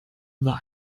war